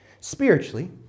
Spiritually